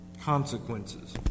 consequences